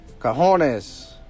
cajones